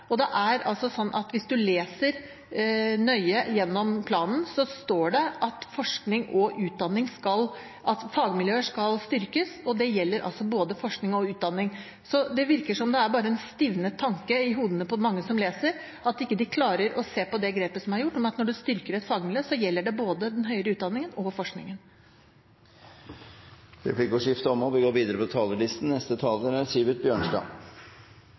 Hvis man leser nøye gjennom planen, står det at fagmiljøer skal styrkes, og det gjelder både forskning og utdanning. Så det virker som det bare er en stivnet tanke i hodene på mange som leser, at de ikke klarer å se det grepet som er gjort: at når man styrker et fagmiljø, gjelder det både den høyere utdanningen og forskningen. Replikkordskiftet er omme. Da biskop Johan Ernst Gunnerus sammen med Schøning og